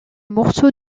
morceau